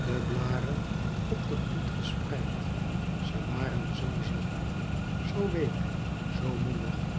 de blaren op den grond gespreid ze waren zoo zacht zoo week zoo mollig